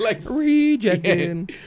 Rejecting